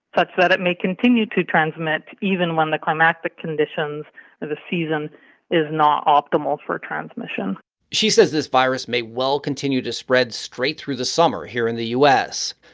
such that it may continue to transmit even when the climactic conditions of the season is not optimal for a transmission she says this virus may well continue to spread straight through the summer here in the u s.